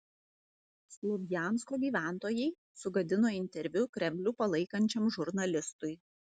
slovjansko gyventojai sugadino interviu kremlių palaikančiam žurnalistui